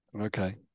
Okay